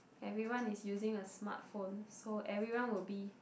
everyone is using a smartphone so everyone will be